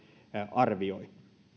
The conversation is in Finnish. arvioi